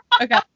Okay